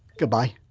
goodbye